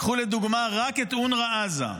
קחו לדוגמה רק את אונר"א עזה.